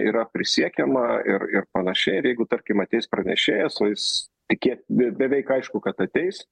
yra prisiekiama ir ir panašiai ir jeigu tarkim ateis pranešėjas nu jis tikė beveik aišku kad ateis